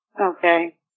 Okay